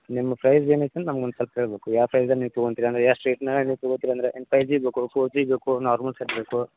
ನಿಮ್ಮ ಪ್ರೈಸ್ ಏನಿತ್ತು ಅಂತ ನಮ್ಗೊಂದು ಸೊಲ್ಪ ಹೇಳಬೇಕು ಯಾವ ಪ್ರೈಸಲ್ಲಿ ನೀವು ತಗೋಂತಿರಿ ಅಂದರೆ ಎಷ್ಟು ರೇಟ್ನ್ಯಾಗ ನೀವು ತಗೋಂತಿರಿ ಅಂದರೆ ಏನು ಫೈವ್ ಜಿ ಬೇಕೊ ಫೋರ್ ಜಿ ಬೇಕೊ ನಾರ್ಮಲ್ ಸೆಟ್ ಬೇಕೊ